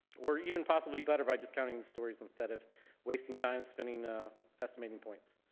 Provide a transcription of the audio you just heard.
or even possibly better by just counting the stories instead of wasting time spending estimating points.